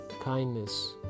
kindness